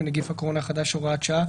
עם נגיף הקורונה החדש (הוראת שעה),